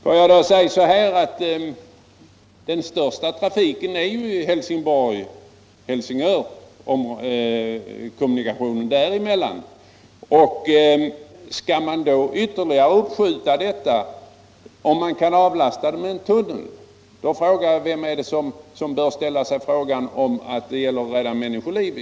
Men den starkaste trafiken går ju mellan Helsingborg och Helsingör. Skall man då ytterligare uppskjuta planerna på en tunnel, som skulle kunna avlasta Sundet, undrar jag vem som också bör tänka på att det gäller att rädda människoliv.